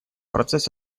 процесс